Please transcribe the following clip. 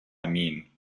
mean